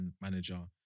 manager